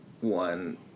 one